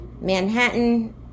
Manhattan